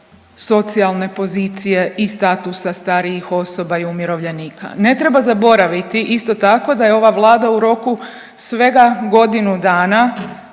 socijalne pozicije i statusa starijih osoba i umirovljenika. Ne treba zaboraviti, isto tako, da je ova Vlada u roku svega godinu dana